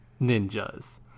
ninjas